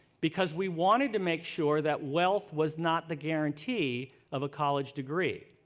because we wanted to make sure that wealth was not the guarantee of a college degree.